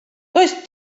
does